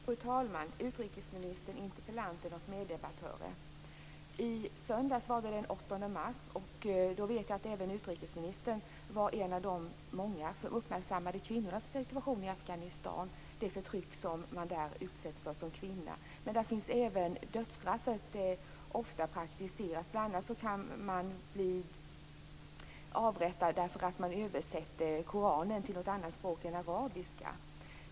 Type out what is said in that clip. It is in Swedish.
Fru talman! Utrikesministern! Interpellanten och meddebattörer! I söndags var det den 8 mars. Jag vet att utrikesministern var en av de många som uppmärksammade kvinnornas situation i Afghanistan och det förtryck som kvinnor utsätts för där. Och även där praktiseras ofta dödsstraffet. Man kan bl.a. bli avrättad därför att man översätter Koranen till något annat språk än arabiska.